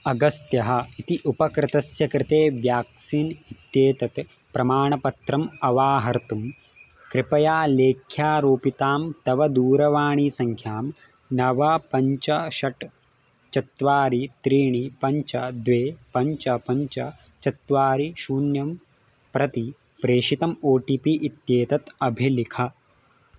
अगस्त्यः इति उपकृतस्य कृते व्याक्सीन् इत्येतत् प्रमाणपत्रम् अवाहर्तुं कृपया लेख्यारोपितां तव दूरवाणीसङ्ख्यां नव पञ्च षट् चत्वारि त्रीणि पञ्च द्वे पञ्च पञ्च चत्वारि शून्यं प्रति प्रेषितम् ओ टि पि इत्येतत् अभिलिख